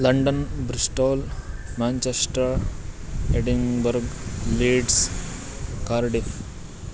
London bristol Manchester edinburgh leeds cardiff